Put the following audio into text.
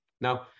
Now